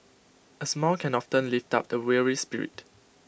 A smile can often lift up A weary spirit